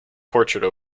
portrait